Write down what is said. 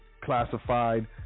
classified